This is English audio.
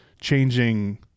changing